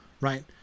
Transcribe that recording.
right